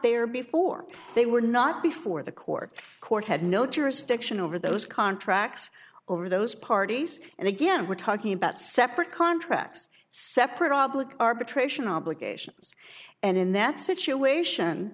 there before they were not before the court court had no jurisdiction over those contracts over those parties and again we're talking about separate contracts separate obloquy arbitration obligations and in that situation